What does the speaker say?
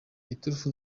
iturufu